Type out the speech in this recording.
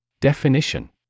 definition